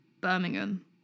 Birmingham